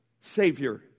Savior